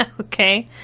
Okay